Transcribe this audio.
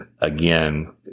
again